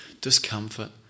discomfort